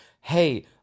hey